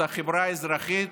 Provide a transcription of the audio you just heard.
את החברה האזרחית,